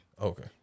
Okay